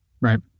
Right